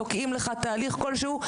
תוקעים לך תהליך כלשהו,